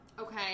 Okay